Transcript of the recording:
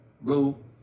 blue